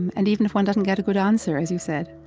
and even if one doesn't get a good answer, as you said,